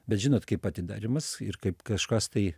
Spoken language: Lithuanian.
bet žinot kaip atidarymas ir kaip kažkas tai